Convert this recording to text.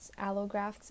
allografts